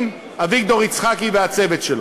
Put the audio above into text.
עם אביגדור יצחקי והצוות שלו.